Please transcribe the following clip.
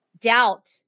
doubt